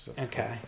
Okay